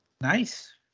Nice